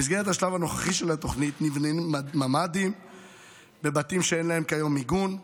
במסגרת השלב הנוכחי של התוכנית נבנו ממ"דים בבתים שאין בהם כיום מיגון,